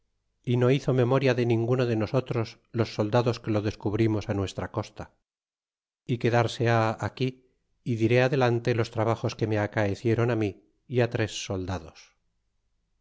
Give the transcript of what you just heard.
y no hizo memoria de ninguno de nosotros los soldados que lo descubrimos nuestra costa y quedarse ha aquí y diré adelante los trabajos que me acaecieron mi y tres soldados